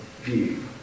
view